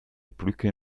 brücke